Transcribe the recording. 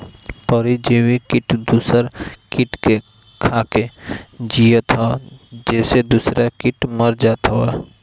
परजीवी किट दूसर किट के खाके जियत हअ जेसे दूसरा किट मर जात हवे